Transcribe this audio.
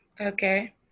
Okay